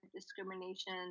discrimination